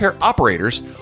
operators